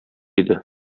иде